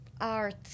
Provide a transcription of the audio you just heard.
Art